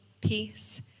peace